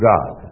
God